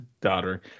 daughter